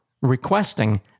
requesting